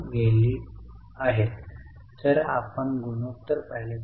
मी येथे उपकरणांचे खाते देखील दर्शविले आहे